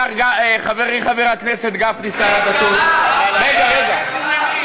חברי חבר הכנסת גפני, שר הדתות, רגע, רגע.